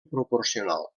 proporcional